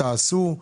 תעשו.